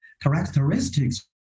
characteristics